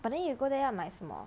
but then you go there 要买什么